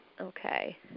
Okay